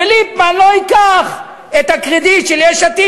וליפמן לא ייקח את הקרדיט של יש עתיד